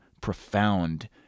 profound